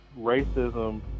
racism